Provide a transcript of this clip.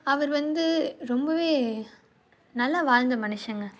அவர் வந்து ரொம்பவே நல்லா வாழ்ந்த மனுஷங்க